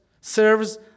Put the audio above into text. serves